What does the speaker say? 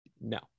No